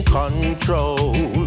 control